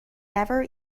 never